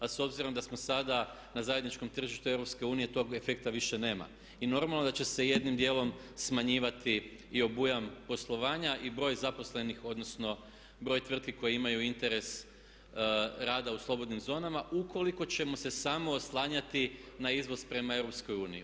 A obzirom da smo sada na zajedničkom tržištu EU tog efekta više nema i normalno da će se jednim djelom smanjivati i obujam poslovanja i broj zaposlenih odnosno broj tvrtki koje imaju interes rada u slobodnim zonama ukoliko ćemo se samo oslanjati na izvoz prema EU.